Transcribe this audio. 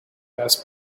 asked